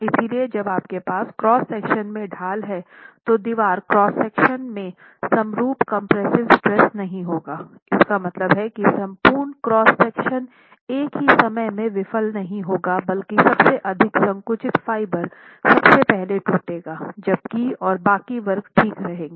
इसलिए जब आपके पास क्रॉस सेक्शन में ढाल है तो दीवार क्रॉस सेक्शन में समरूप कम्प्रेस्सिव स्ट्रेस नहीं होगा इसका मतलब है कि संपूर्ण क्रॉस सेक्शन एक ही समय में विफल नहीं होगा बल्कि सबसे अधिक संकुचित फाइबर सबसे पहले टूटेगा जबकि और बाकी वर्ग ठीक रहेंगे